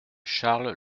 charles